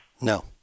No